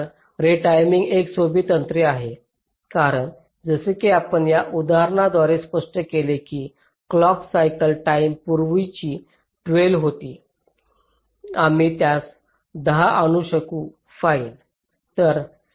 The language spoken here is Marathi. तर रीटायमिंग एक सोपी तंत्रे आहे कारण जसे की आपण या उदाहरणाद्वारे स्पष्ट केले आहे की क्लॉक सायकल टाईम पूर्वीची 12 होती आम्ही त्यास दहा आणू शकू फाईन